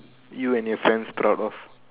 you and your friends proud of